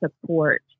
support